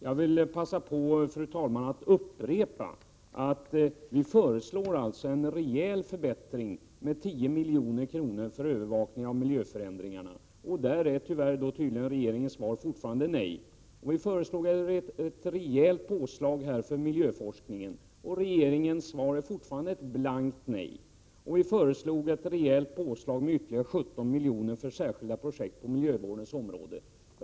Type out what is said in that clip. Jag vill passa på att upprepa att vi föreslår en rejäl förbättring med 10 milj.kr. för övervakning av miljöförändringarna. Där är tyvärr regeringens svar fortfarande nej. Vi föreslår ett rejält påslag för miljöforskningen, och regeringens svar är ett blankt nej. Vi föreslår ett rejält påslag med ytterligare 17 milj.kr. för särskilda projekt på miljövårdens område.